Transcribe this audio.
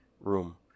room